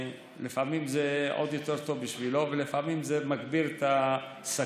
לפעמים זה עוד יותר טוב בשבילו ולפעמים זה גם מגביר את הסכנה.